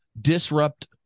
disrupt